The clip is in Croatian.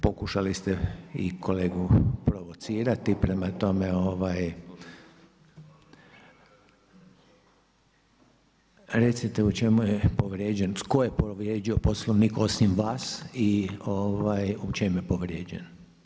Pokušali ste i kolegu provocirati, prema tome, recite u čemu je povrijeđen, tko je povrijedio Poslovnik osim vas i u čem je povrijeđen?